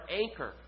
anchor